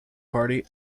party